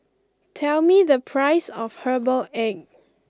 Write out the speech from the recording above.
tell me the price of Herbal Egg